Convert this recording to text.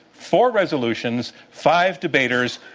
four resolutions, five debaters,